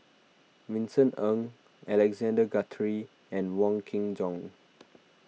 Vincent Ng Alexander Guthrie and Wong Kin Jong